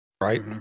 Right